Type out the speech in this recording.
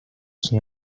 sin